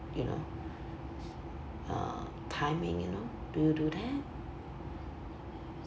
you know uh timing you know do you do that